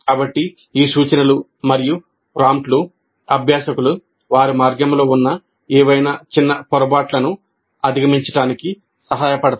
కాబట్టి ఈ సూచనలు మరియు ప్రాంప్ట్లు అభ్యాసకులు వారి మార్గంలో ఉన్న ఏవైనా చిన్న పొరపాట్లను అధిగమించడానికి సహాయపడతాయి